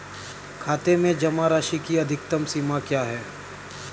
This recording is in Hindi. खाते में जमा राशि की अधिकतम सीमा क्या है?